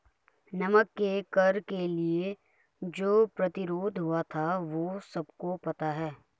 नमक के कर के लिए जो प्रतिरोध हुआ था वो सबको पता है